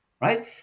right